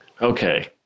Okay